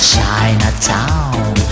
Chinatown